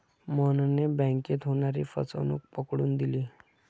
मोहनने बँकेत होणारी फसवणूक पकडून दिली